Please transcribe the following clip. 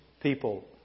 people